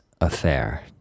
affair